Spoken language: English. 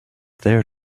there